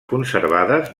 conservades